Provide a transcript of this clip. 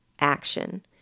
action